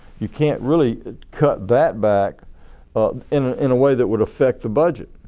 you can't really cut that back in in a way that would affect the budget.